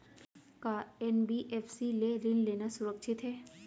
का एन.बी.एफ.सी ले ऋण लेना सुरक्षित हे?